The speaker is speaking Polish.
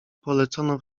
polecono